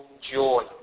joy